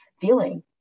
feeling